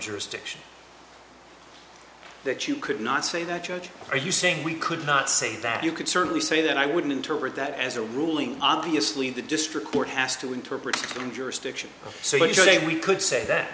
jurisdiction that you could not say that judge are you saying we could not say that you could certainly say that i wouldn't to read that as a ruling obviously the district court has to interpret them jurisdiction so you say we could say that